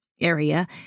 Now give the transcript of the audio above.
area